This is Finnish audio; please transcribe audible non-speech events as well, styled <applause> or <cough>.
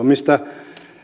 <unintelligible> mistä